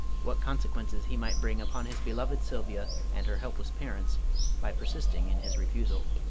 what consequences he might bring upon his beloved sylvia and her helpless parents by persisting in his refusal.